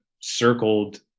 circled